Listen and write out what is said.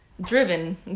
driven